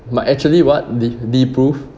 might actually what de~ deprove